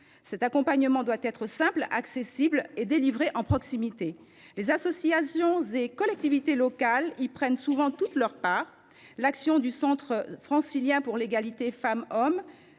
Cet accompagnement doit être simple, accessible et délivré en proximité. Les associations et collectivités locales y prennent souvent toute leur part. L’action du centre francilien pour l’égalité femmes hommes